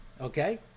okay